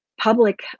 public